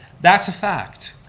that's a fact.